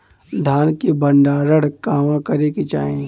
धान के भण्डारण कहवा करे के चाही?